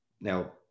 now